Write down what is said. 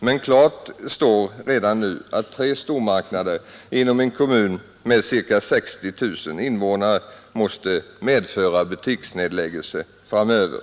Men klart står redan nu att tre stormarknader inom en kommun med ca 60 000 invånare måste medföra butiksnedläggelse framöver.